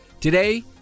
Today